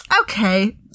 okay